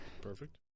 perfect